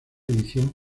edición